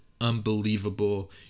unbelievable